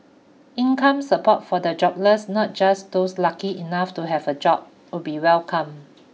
income support for the jobless not just those lucky enough to have a job would be welcome